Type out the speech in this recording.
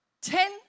ten